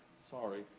sorry,